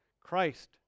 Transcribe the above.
Christ